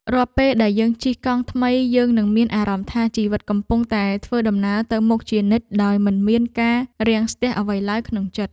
រាល់ពេលដែលយើងជិះកង់ថ្មីយើងនឹងមានអារម្មណ៍ថាជីវិតកំពុងតែធ្វើដំណើរទៅមុខជានិច្ចដោយមិនមានការរាំងស្ទះអ្វីឡើយក្នុងចិត្ត។